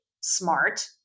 smart